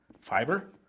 fiber